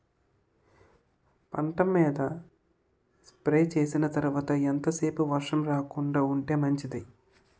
పంట మీద స్ప్రే చేసిన తర్వాత ఎంత సేపు వర్షం రాకుండ ఉంటే మంచిది?